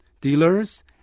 dealers